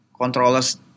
controllers